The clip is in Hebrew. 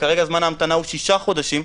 וכרגע זמן ההמתנה הוא שישה חודשים,